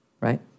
right